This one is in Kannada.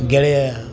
ಗೆಳೆಯ